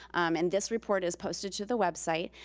um and this report is posted to the website.